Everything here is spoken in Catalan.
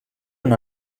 una